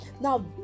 Now